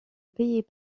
payaient